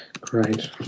Great